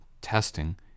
testing